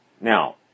Now